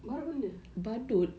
banyak benda